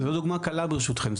אבל זו דוגמה קלה, ברשותכם.